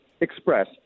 express